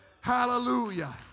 Hallelujah